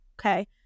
okay